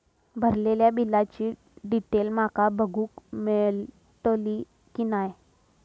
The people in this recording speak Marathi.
भरलेल्या बिलाची डिटेल माका बघूक मेलटली की नाय?